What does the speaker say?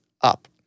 up